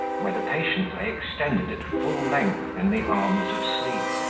where the patient lay extended at full length in the arms of sleep.